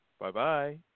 Bye-bye